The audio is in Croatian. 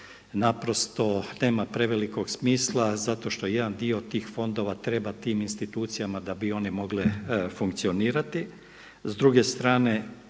naprosto nema prevelikog smisla zato što jedan dio tih fondova treba tim institucijama da bi one mogle funkcionirati.